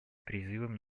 призывом